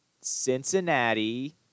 Cincinnati